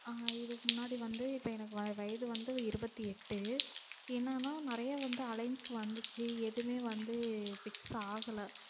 இதுக்கு முன்னாடி வந்து இப்போ எனக்கு வயது வந்து இருபத்தி எட்டு என்னன்னா நிறைய வந்து அலைன்ஸ் வந்துச்சு எதுவுமே வந்து பிக்ஸ் ஆகலை